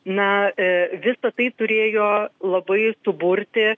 na visa tai turėjo labai suburti